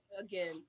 again